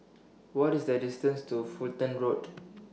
What IS The distance to Fulton Road